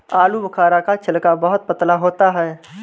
आलूबुखारा का छिलका बहुत पतला होता है